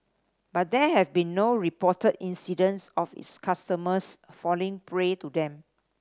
but there have been no reported incidents of its customers falling prey to them